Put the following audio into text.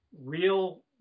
real